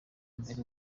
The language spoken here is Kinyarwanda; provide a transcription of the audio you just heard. mbere